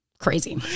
crazy